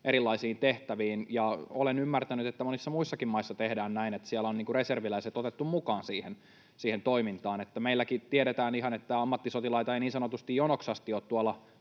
erilaisiin tehtäviin, ja olen ymmärtänyt, että monissa muissakin maissa tehdään näin, että siellä on reserviläiset otettu mukaan siihen toimintaan. Meilläkin tiedetään ihan, että ammattisotilaita ei niin sanotusti jonoksi asti ole tuolla